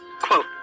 Quote